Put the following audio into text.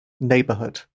neighborhood